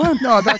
No